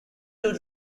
would